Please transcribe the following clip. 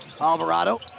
Alvarado